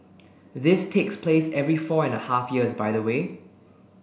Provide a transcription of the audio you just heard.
this takes place every four and a half years by the way